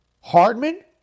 Hardman